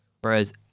Whereas